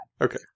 Okay